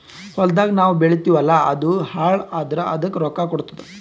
ಹೊಲ್ದಾಗ್ ನಾವ್ ಬೆಳಿತೀವಿ ಅಲ್ಲಾ ಅದು ಹಾಳ್ ಆದುರ್ ಅದಕ್ ರೊಕ್ಕಾ ಕೊಡ್ತುದ್